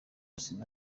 sina